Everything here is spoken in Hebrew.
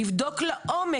אני אף פעם לא רגועה, הלוואי.